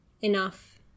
enough